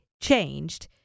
changed